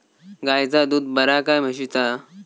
गायचा दूध बरा काय म्हशीचा?